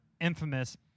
infamous